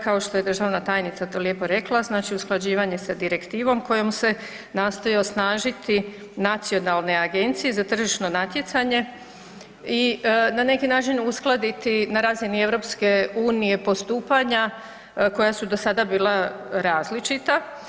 Kao što je državna tajnica to lijepo rekla, znači usklađivanje sa direktivom kojom se nastoji osnažiti nacionalne agencije za tržišno natjecanje i na neki način uskladiti na razini Europske unije postupanja koja su do sada bila različita.